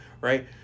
right